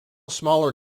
smaller